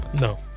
No